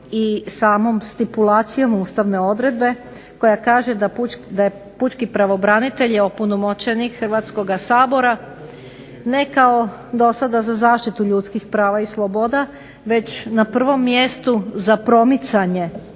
pa samom stipulacijom ustavne odredbe koja kaže da je Pučki pravobranitelj opunomoćenik Hrvatskog sabora, ne kao do sada za zaštitu ljudskih prava i sloboda, već na prvom mjestu za promicanje